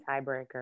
tiebreaker